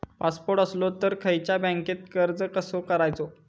Passport असलो तर खयच्या बँकेत अर्ज कसो करायचो?